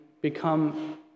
become